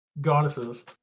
goddesses